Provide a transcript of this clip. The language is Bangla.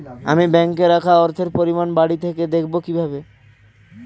আমি ব্যাঙ্কে রাখা অর্থের পরিমাণ বাড়িতে থেকে দেখব কীভাবে?